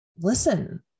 Listen